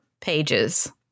pages